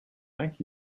thank